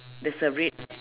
there's a red